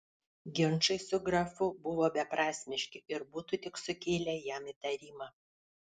ginčai su grafu buvo beprasmiški ir būtų tik sukėlę jam įtarimą